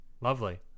lovely